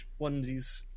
onesies